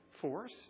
force